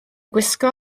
gwisgo